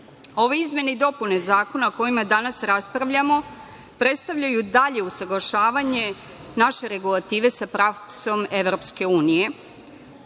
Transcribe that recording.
izmene i dopune zakona o kojima danas raspravljamo predstavljaju dalje usaglašavanje naše regulative sa praksom EU